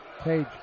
Page